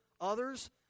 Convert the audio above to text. others